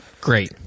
Great